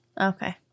Okay